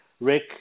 Rick